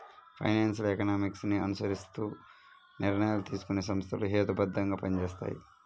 financial economics ని అనుసరిస్తూ నిర్ణయాలు తీసుకునే సంస్థలు హేతుబద్ధంగా పనిచేస్తాయి